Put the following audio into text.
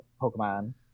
Pokemon